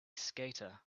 skater